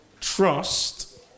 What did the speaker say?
trust